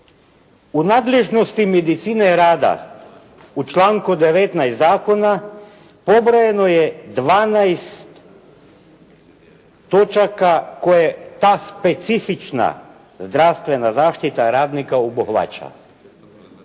U nadležnosti medicine rada u članku 19. zakona pobrojeno je 12 točaka koje ta specifična zdravstvena zaštita radnika obuhvaća.